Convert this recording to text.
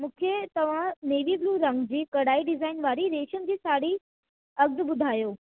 मूंखे तव्हां navy blue रंग जी कढ़ाई डिजाइन वारी रेशम जी साड़ी अघि ॿुधायो